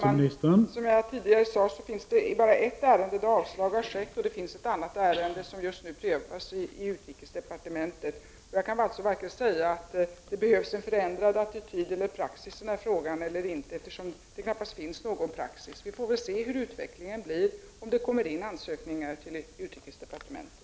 Herr talman! Som jag tidigare sade, finns det bara ett ärende där avslag har skett, och det finns ett annat ärende som just nu prövas i utrikesdepartementet. Jag kan alltså varken säga att det behövs en förändrad attityd eller praxis i den här frågan eller inte, eftersom det knappast finns någon praxis. Vi får väl se hur utvecklingen blir, om det kommer in ansökningar till utrikesdepartementet!